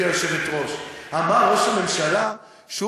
גברתי היושבת-ראש: אמר ראש הממשלה שהוא